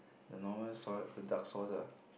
the normal soy the dark sauce lah